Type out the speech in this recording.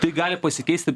tai gali pasikeisti